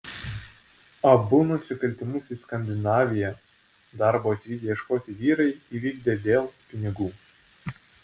abu nusikaltimus į skandinaviją darbo atvykę ieškoti vyrai įvykdė dėl pinigų